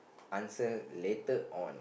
answer later on